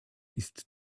ist